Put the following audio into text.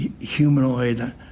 humanoid